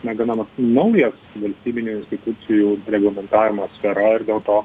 na gana naujas valstybinių institucijų reglamentavimo sfera ir dėl to